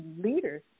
leaders